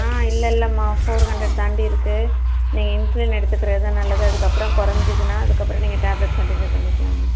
ஆ இல்லை இல்லைமா four hundred தாண்டி இருக்கு நீங்கள் இன்சுலின் எடுத்துக்குறது தான் நல்லது அதுக்கப்புறம் குறஞ்சிதுன்னா அதுக்கப்புறம் நீங்கள் டேப்லெட் கன்டினியூ பண்ணிக்கலாம்மா